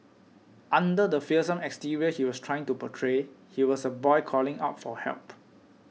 under the fearsome exterior he was trying to portray he was a boy calling out for help